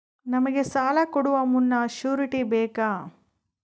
ನಮಗೆ ಸಾಲ ಕೊಡುವ ಮುನ್ನ ಶ್ಯೂರುಟಿ ಬೇಕಾ?